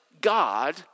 God